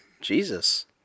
Jesus